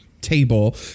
table